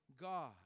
God